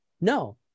no